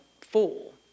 full